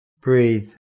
breathe